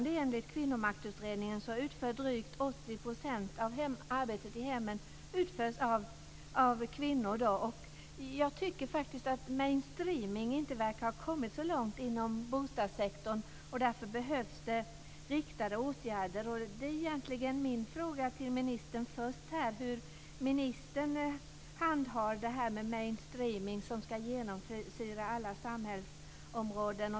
Enligt Kvinnomaktutredningen utförs fortfarande drygt 80 % av arbetet i hemmet av kvinnor. Jag tycker faktiskt att mainstreaming inte verkar ha kommit så långt inom bostadssektorn. Därför behövs det riktade åtgärder. Det är egentligen min första fråga till ministern, hur ministern handhar det här med mainstreaming som ska genomsyra alla samhällsområden.